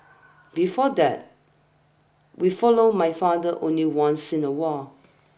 before that we followed my father only once in a while